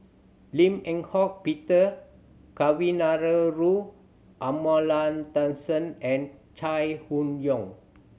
Lim Eng Hock Peter Kavignareru Amallathasan and Chai Hon Yoong